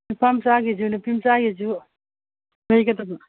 ꯅꯨꯄꯥꯃꯆꯥꯒꯤꯁꯨ ꯅꯨꯄꯤꯃꯆꯥꯒꯤꯁꯨ ꯂꯩꯒꯗꯕ